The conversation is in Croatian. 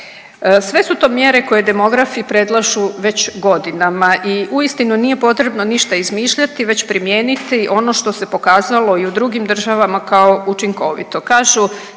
Sve su to mjere koje demografi predlažu već godinama i uistinu nije potrebno ništa izmišljati već primijeniti ono što se pokazalo i u drugim državama kao učinkovito.